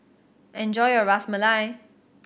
enjoy your Ras Malai